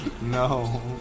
No